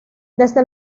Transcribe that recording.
desde